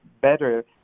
better